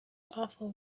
awful